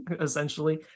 essentially